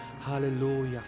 Hallelujah